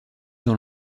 dans